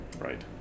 right